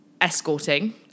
escorting